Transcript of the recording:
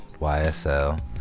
YSL